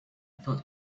thought